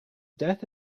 death